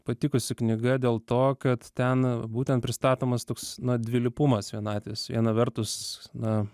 patikusi knyga dėl to kad ten būtent pristatomas toks na dvilypumas vienatvės viena vertus na